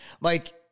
Like-